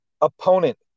opponent